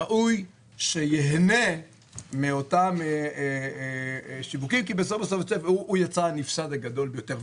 ראוי שייהנה מאותם שיווקים כי הוא יצא הנפסד הגדול ביותר.